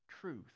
truth